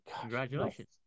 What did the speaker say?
Congratulations